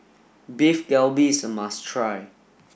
Beef Galbi is a must try